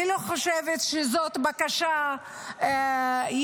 אני לא חושבת שזאת בקשה יתרה,